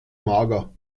mager